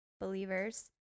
believers